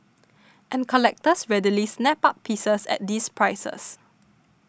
and collectors readily snap up pieces at these prices